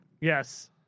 Yes